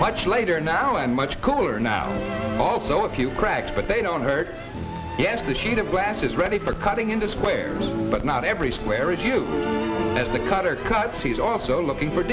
much later now and much cooler now also a few cracks but they don't hurt yes the sheet of glass is ready for cutting into squares but not every square if you as the cutter cuts he's also looking for